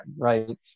Right